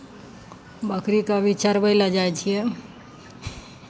बकरीकेँ भी चरबै लेल जाइ छियै